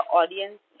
audience